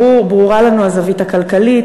ברורה לנו הזווית הכלכלית,